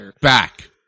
back